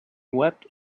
wept